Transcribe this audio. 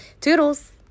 Toodles